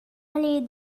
allez